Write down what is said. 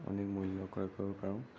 অনেক মূল্য ক্ৰয় কৰিব পাৰোঁ